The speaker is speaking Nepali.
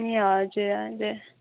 ए हजुर हजुर